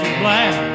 black